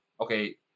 okay